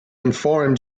inform